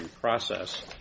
process